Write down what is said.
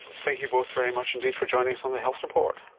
thank you both very much indeed for joining us on the health report.